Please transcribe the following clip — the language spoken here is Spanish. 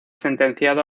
sentenciado